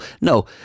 no